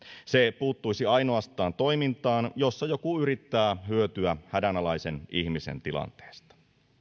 se puuttuisi ainoastaan toimintaan jossa joku yrittää hyötyä hädänalaisen ihmisen tilanteesta